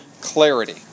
clarity